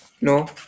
No